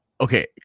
Okay